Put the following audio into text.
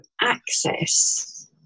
access